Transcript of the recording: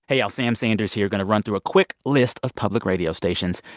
hey, y'all. sam sanders here. going to run through a quick list of public radio stations.